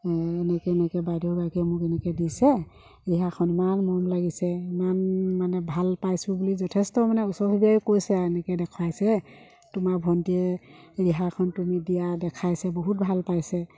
এনেকৈ এনেকৈ বাইদেউগৰাকীয়ে মোক এনেকৈ দিছে ৰিহাখন ইমান মৰম লাগিছে ইমান মানে ভাল পাইছোঁ বুলি যথেষ্ট মানে ওচৰ চুবুৰীয়াই কৈছে আৰু এনেকৈ দেখুৱাইছে তোমাৰ ভণ্টীয়ে ৰিহাখন তুমি দিয়া দেখাইছে বহুত ভাল পাইছে